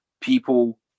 people